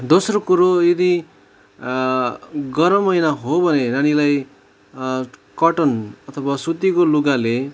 दोस्रो कुरो यदि गरम महिना हो भने नानीलाई कट्टन अथवा सुतीको लुगाले